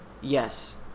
Yes